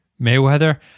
Mayweather